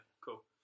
Cool